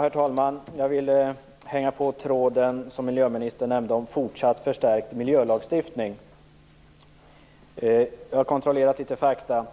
Herr talman! Jag vill haka på den tråd som miljöministern tog upp och som gällde en fortsatt förstärkt miljölagstiftning. Jag har kontrollerat några fakta.